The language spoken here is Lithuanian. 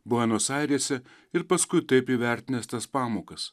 buenos airėse ir paskui taip įvertinęs tas pamokas